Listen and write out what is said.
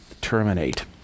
terminate